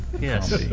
Yes